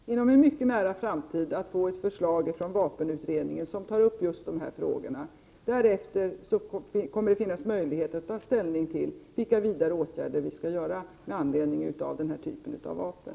Herr talman! Som jag sade i mitt svar kommer vi inom en mycket nära framtid att få ett förslag från vapenutredningen som tar upp just dessa frågor. Därefter kommer det att finnas möjlighet att ta ställning till vilka vidare åtgärder som skall vidtas med anledning av denna typ av vapen.